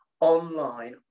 online